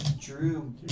drew